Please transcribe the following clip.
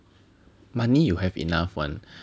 money you have enough [one]